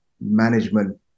management